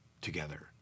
together